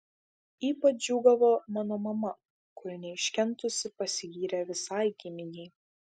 ypač džiūgavo mano mama kuri neiškentusi pasigyrė visai giminei